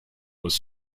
was